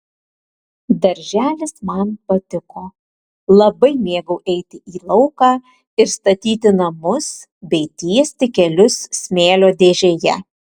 darželis man patiko labai mėgau eiti į lauką ir statyti namus bei tiesti kelius smėlio dėžėje